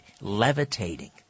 levitating